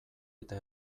eta